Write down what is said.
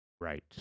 Right